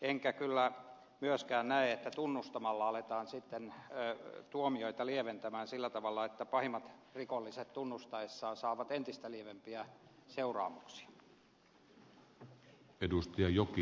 enkä kyllä myöskään näe että tunnustamalla aletaan sitten tuomioita lieventää sillä tavalla että pahimmat rikolliset tunnustaessaan saavat entistä lievempiä seuraamuksia